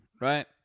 right